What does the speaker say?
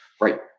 Right